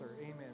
Amen